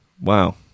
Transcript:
Wow